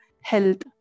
health